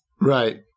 Right